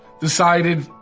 decided